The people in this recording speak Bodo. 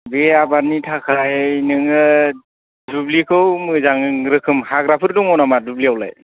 बे आबादनि थाखाय नोङो दुब्लिखौ मोजां रोखोम हाग्राफोर दं नामा दुब्लियावलाय